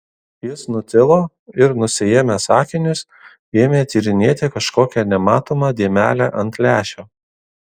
jis nutilo ir nusiėmęs akinius ėmė tyrinėti kažkokią nematomą dėmelę ant lęšio